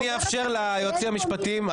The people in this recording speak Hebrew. אני אאפשר ליועצים המשפטיים,